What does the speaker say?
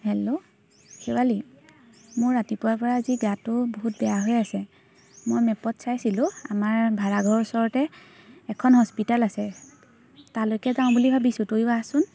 hello Shewali মোৰ ৰাতিপুৱাৰপৰা আজি গাটো বহুত বেয়া হৈ আছে মই মেপত চাইছিলোঁ আমাৰ ভাড়াঘৰৰ ওচৰতে এখন হস্পিটেল আছে তালৈকে যাওঁ বুলি ভাবিছোঁ তয়ো আহচোন